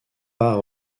pas